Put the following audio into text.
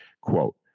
Quote